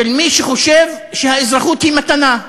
של מי שחושב שהאזרחות היא מתנה.